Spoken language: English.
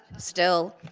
still,